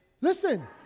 Listen